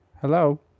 Hello